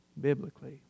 biblically